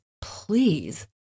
please